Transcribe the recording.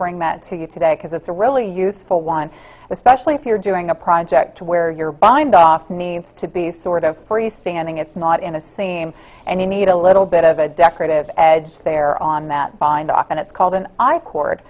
bring that to you today because it's a really useful one especially if you're doing a project where you're bindoff needs to be sort of freestanding it's not in a scene and you need a little bit of a decorative edge there on that bindoff and it's called an eye co